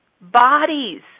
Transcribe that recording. bodies